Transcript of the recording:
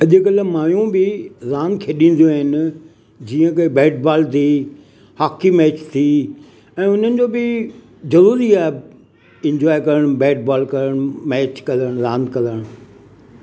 अॼुकल्ह मायूं बि रांदि खेॾिंदियूं आहिनि जीअं कि बेट बाल थी हाकी मेच थी ऐं उन्हनि जो बि ज़रूरी आहे इंजोए करण बेट बॉल करण मेच करण रांदि करण